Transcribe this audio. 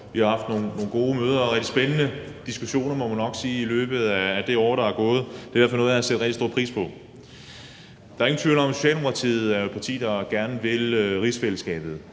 Vi har haft nogle gode møder og spændende diskussioner, må man nok sige, i løbet af det år, der er gået. Det er i hvert fald noget, jeg har sat rigtig stor pris på. Der er ingen tvivl om, at Socialdemokratiet er et parti, der gerne vil rigsfællesskabet,